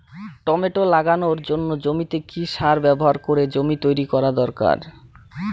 Tomato লাগানোর জন্য জমিতে কি সার ব্যবহার করে জমি তৈরি করা দরকার?